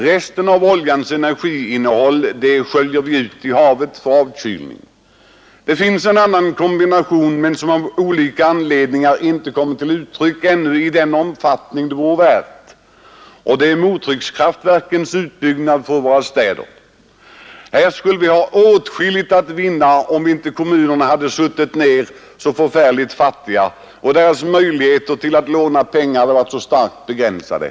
Resten av oljans energiinnehåll sköljer vi ut i havet för avkylning. Det finns en annan kombination, som av olika anledningar inte har byggts ut i våra städer i den omfattning den vore värd, nämligen mottryckskraftverket. Här skulle vi ha åtskilligt att vinna, om inte kommunerna varit så förfärligt fattiga och deras möjligheter att låna pengar varit så starkt begränsade.